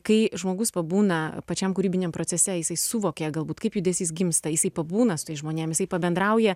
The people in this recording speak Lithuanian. kai žmogus pabūna pačiam kūrybiniam procese jisai suvokė galbūt kaip judesys gimsta jisai pabūna su tais žmonėmi pabendrauja